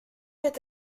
est